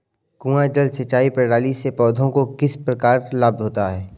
कुआँ जल सिंचाई प्रणाली से पौधों को किस प्रकार लाभ होता है?